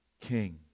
king